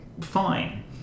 fine